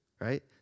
Right